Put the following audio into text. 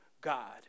God